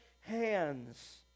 hands